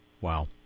Wow